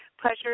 pleasure